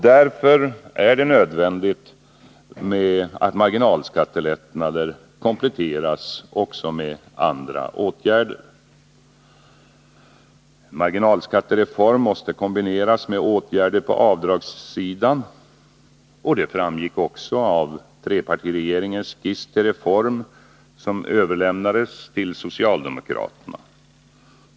Därför är det nödvändigt att marginalskattelättnader kompletteras också med andra åtgärder. En marginalskattereform måste kombineras med åtgärder på avdragssidan. Det framgick också av trepartiregeringens skiss till reform som överlämnades till socialdemokraterna.